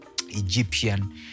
Egyptian